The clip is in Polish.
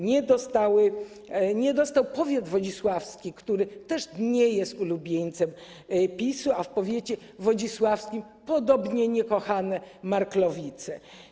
Nie dostał powiat wodzisławski, który też nie jest ulubieńcem PiS-u, a w powiecie wodzisławskim podobnie nie kochane Marklowice.